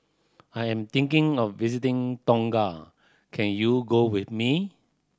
I am thinking of visiting Tonga can you go with me